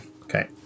Okay